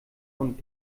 und